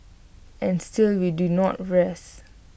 and still we do not rest